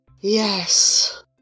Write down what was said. Yes